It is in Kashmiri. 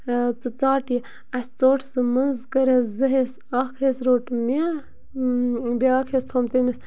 ژٕ ژَٹ یہِ اَسہِ ژوٚٹ سُہ منٛز کٔرِس زٕ حصہٕ اکھ حصہٕ روٚٹ مےٚ بیاکھ حصہٕ تھوم تٔمِس